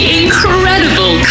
incredible